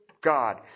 God